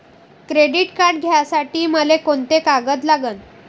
Credit card घ्यासाठी मले कोंते कागद लागन?